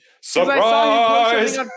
Surprise